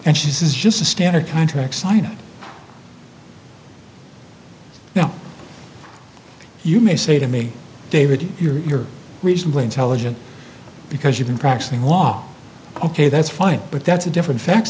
and she says just a standard contract signed now you may say to me david you're reasonably intelligent because you've been practicing law ok that's fine but that's a different facts